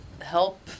help